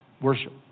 Worship